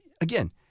again